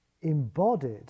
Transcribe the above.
embodied